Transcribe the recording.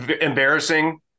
embarrassing